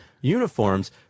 uniforms